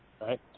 right